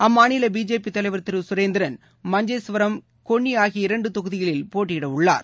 அம்மாநிலபிஜேபிதலைவர் திருசுரேந்திரன் மஞ்ஜேஷ்வரம் கொன்னிஆகிய இரண்டுதொகுதிகளில் போட்டியிடவுள்ளார்